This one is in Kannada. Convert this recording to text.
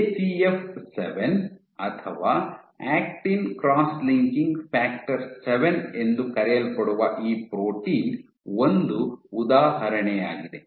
ಎಸಿಎಫ್ 7 ACF - 7 ಅಥವಾ ಆಕ್ಟಿನ್ ಕ್ರಾಸ್ ಲಿಂಕಿಂಗ್ ಫ್ಯಾಕ್ಟರ್ 7 ಎಂದು ಕರೆಯಲ್ಪಡುವ ಈ ಪ್ರೋಟೀನ್ ಒಂದು ಉದಾಹರಣೆಯಾಗಿದೆ